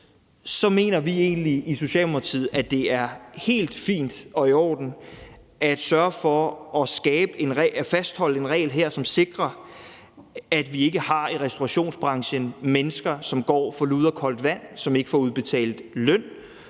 mener vi egentlig i Socialdemokratiet, at det er helt fint og i orden at sørge for at fastholde en regel her, som sikrer, at vi ikke i restaurationsbranchen har mennesker, som går for lud og koldt vand, som ikke får udbetalt løn,